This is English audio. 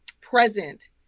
present